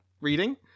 reading